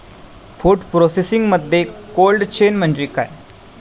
Food प्रोसेसिंगमध्ये cold chain म्हणजे काय?